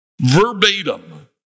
verbatim